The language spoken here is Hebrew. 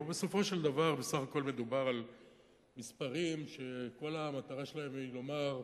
ובסופו של דבר מדובר במספרים שכל מטרתם היא לומר: